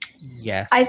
Yes